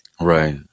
Right